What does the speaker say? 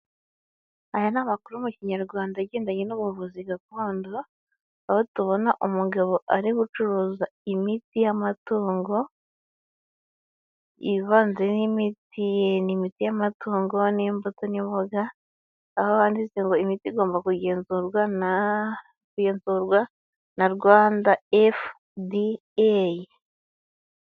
Aya ni amakuru mu kinyarwanda agendanye n'ubuvuzi gakondo, aho tubona umugabo ari gucuruza imiti y'amatungo, ivanze n'imiti, ni imiti y'amatungo n'imbuto n'imboga, aho handitse ngo imiti igomba kugenzurwa na kugenzurwa na Rwanda FDA.